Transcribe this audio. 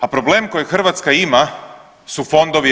A problem koji Hrvatska ima su fondovi EU.